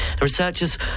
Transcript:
Researchers